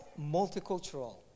multicultural